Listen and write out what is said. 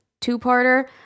two-parter